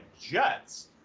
Jets